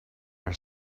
are